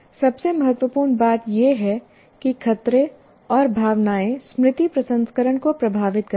सबसे महत्वपूर्ण बात यह है कि खतरे और भावनाएं स्मृति प्रसंस्करण को प्रभावित करती हैं